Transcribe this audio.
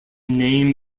name